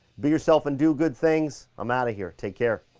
be yourself and do good things. i'm outta here, take care.